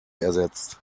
ersetzt